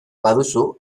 baduzu